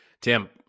Tim